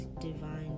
divine